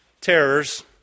terrors